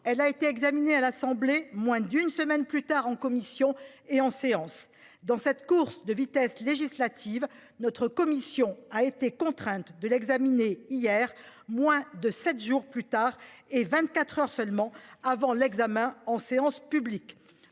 Elle a été examinée par l'Assemblée nationale moins d'une semaine plus tard en commission et en séance. Dans cette course de vitesse législative, notre commission a été contrainte de l'examiner hier, moins de sept jours après, et vingt-quatre heures seulement avant son examen en séance publique.